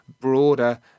broader